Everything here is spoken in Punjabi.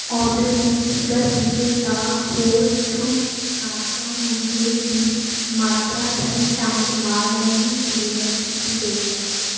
ਓਰਡਰ ਵਿੱਚ ਜ਼ਿਕਰ ਕੀਤੇ ਦਾ ਹੋਲ ਟਰੂਥ ਨਾਸ਼ਤਾ ਮੂਸਲੀ ਦੀ ਮਾਤਰਾ ਸਹੀ ਢੰਗ ਨਾਲ ਨਹੀਂ ਡਿਲੀਵਰ ਕੀਤੀ ਗਈ ਹੈ